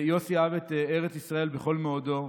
יוסי אהב את ארץ ישראל בכל מאודו,